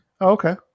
Okay